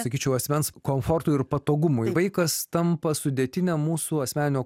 sakyčiau asmens komfortui ir patogumui vaikas tampa sudėtine mūsų asmeninio